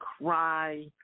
cry